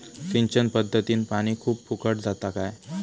सिंचन पध्दतीत पानी खूप फुकट जाता काय?